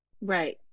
Right